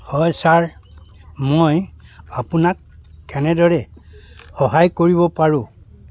হয় ছাৰ মই আপোনাক কেনেদৰে সহায় কৰিব পাৰোঁ